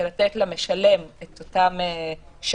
של לתת למשלם את אותן שעות,